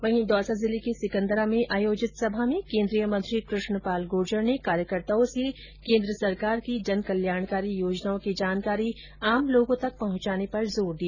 वहीं दौसा जिले के सिकंदरा में आयोजित विजय संकल्प सभा में केन्द्रीय मंत्री कृष्णपाल गुर्जर ने कार्यकर्ताओं से केन्द्र सरकार की जन कल्याणकारी योजनाओं की जानकारी आम लोगों तक पहुंचाने पर जोर दिया